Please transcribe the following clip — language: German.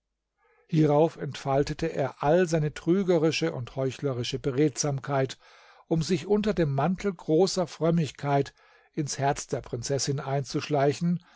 hierauf entfaltete er all seine trügerische und heuchlerische beredsamkeit um sich unter dem mantel großer frömmigkeit ins herz der prinzessin einzuschleichen